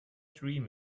dream